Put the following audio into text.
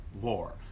war